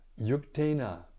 yuktena